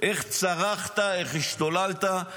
איך צרחת, איך השתוללת.